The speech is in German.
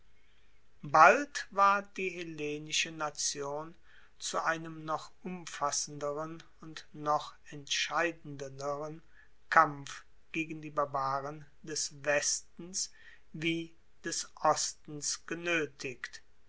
bald ward die hellenische nation zu einem noch umfassenderen und noch entscheidenderen kampf gegen die barbaren des westens wie des ostens genoetigt